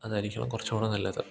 അതായിരിക്കണം കുറച്ചു കൂടി നല്ലത്